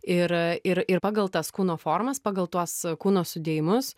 ir a ir ir pagal tas kūno formas pagal tuos e kūno sudėjimus